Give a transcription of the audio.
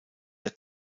der